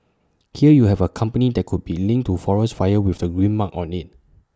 here you have A company that could be linked to forest fires with the green mark on IT